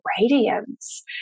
radiance